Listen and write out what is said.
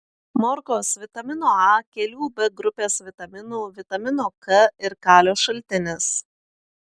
morkos vitamino a kelių b grupės vitaminų vitamino k ir kalio šaltinis